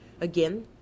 Again